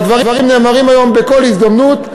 והדברים נאמרים היום בכל הזדמנות.